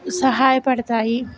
సహాయ పడతాయి